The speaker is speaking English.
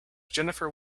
jennifer